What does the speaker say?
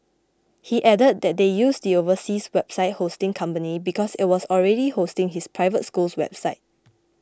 he added that they used the overseas website hosting company because it was already hosting his private school's website